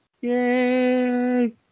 Yay